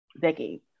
decades